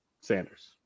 Sanders